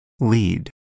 lead